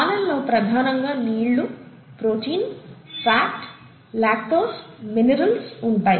పాలల్లో ప్రధానంగా నీళ్లు ప్రోటీన్ ఫాట్ లాక్టోస్ మినరల్స్ ఉంటాయి